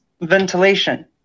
ventilation